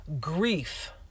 grief